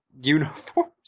uniforms